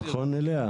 נכון לאה?